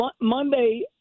Monday